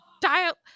dial